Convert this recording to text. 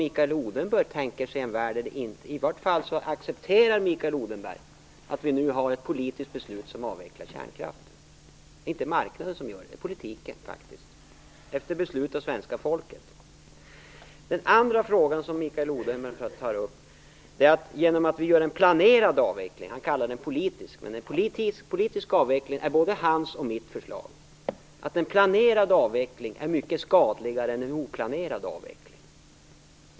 Mikael Odenberg accepterar i varje fall att vi nu har ett politiskt beslut som avvecklar kärnkraften. Det är inte marknaden som gör det, utan det är faktiskt politiken efter beslut av svenska folket. Den andra fråga som Mikael Odenberg tar upp är att en planerad avveckling - han kallar det för politisk avveckling, men en politisk avveckling innebär både hans och mitt förslag - är mycket skadligare än en oplanerad.